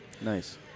Nice